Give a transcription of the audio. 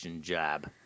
job